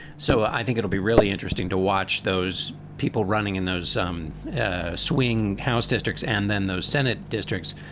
so i think it'll be really interesting to watch those people running in those um swing house districts and then those senate districts,